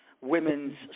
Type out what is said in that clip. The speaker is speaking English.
women's